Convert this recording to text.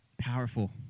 powerful